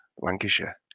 Lancashire